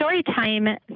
storytime